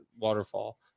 waterfall